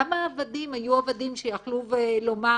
גם העבדים היו עבדים שיכלו לומר,